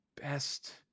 best